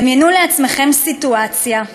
דמיינו לעצמכם סיטואציה: